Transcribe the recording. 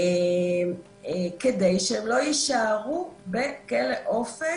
כדי שהם לא יישארו בכלא "אופק"